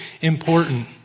important